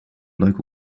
local